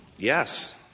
Yes